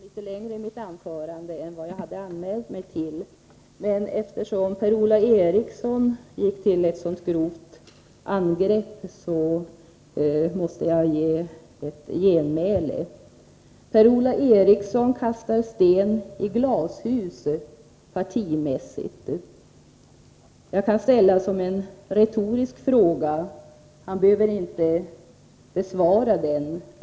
Herr talman! Jag skall inte fresta på taletiden. Jag använde längre tid för mitt anförande än jag hade anmält mig till. Eftersom Per-Ola Eriksson gick till ett så grovt angrepp, måste jag emellertid göra ett genmäle. Per-Ola Eriksson kastar sten i glashus partimässigt. Jag vill ställa en retorisk fråga, och han behöver inte besvara den.